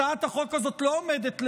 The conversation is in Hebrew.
הצעת החוק הזאת לא עומדת לבדה,